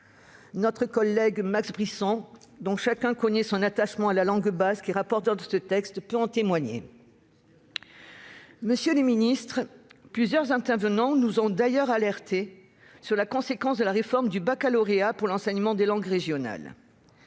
Notre collègue Max Brisson, dont chacun connaît l'attachement à la langue basque, et qui était rapporteur de ce texte, peut en témoigner. Monsieur le ministre, plusieurs intervenants nous ont par ailleurs alertés sur les conséquences de la réforme du baccalauréat pour l'enseignement des langues régionales.